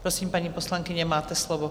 Prosím, paní poslankyně, máte slovo.